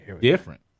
different